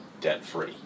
debt-free